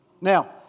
Now